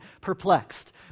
perplexed